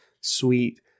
sweet